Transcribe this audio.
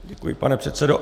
Děkuji, pane předsedo.